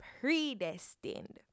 predestined